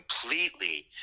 completely